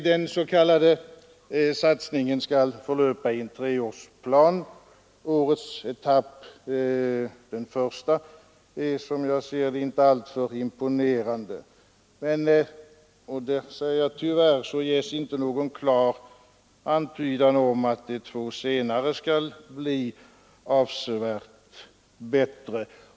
Den s.k. satsningen skall löpa under en treårsperiod. Årets etapp, den första, är som jag ser det inte alltför imponerande. Tyvärr ges inte heller någon klar antydan om att de två senare etapperna skall bli avsevärt bättre.